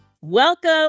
Welcome